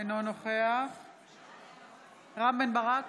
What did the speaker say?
אינו נוכח רם בן ברק,